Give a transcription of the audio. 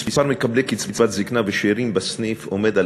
מספר מקבלי קצבת זיקנה ושאירים בסניף עומד על